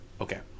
okay